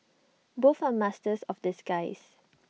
both are masters of disguise